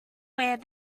where